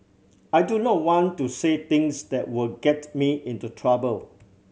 I do not want to say things that will get me into trouble